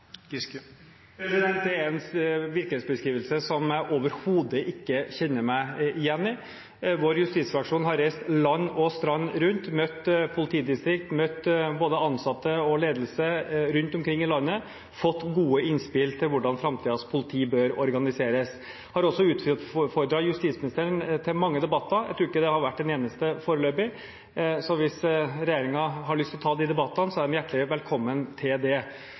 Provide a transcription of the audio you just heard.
med politireformen? Det er en virkelighetsbeskrivelse som jeg overhodet ikke kjenner meg igjen i. Vår justisfraksjon har reist land og strand rundt til politidistrikt, møtt både ansatte og ledelse rundt omkring i landet og fått gode innspill til hvordan framtidens politi bør organiseres. Jeg har også utfordret justisministeren til mange debatter. Jeg tror ikke det har vært en eneste foreløpig. Så hvis regjeringen har lyst til å ta de debattene, er den hjertelig velkommen til det.